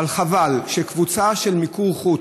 אבל חבל שקבוצה של עובדים במיקור חוץ,